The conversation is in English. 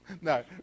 No